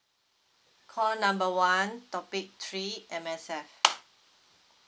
call number one topic three M_S_F